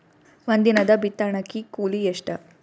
ಒಂದಿನದ ಬಿತ್ತಣಕಿ ಕೂಲಿ ಎಷ್ಟ?